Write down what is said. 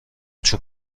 چوب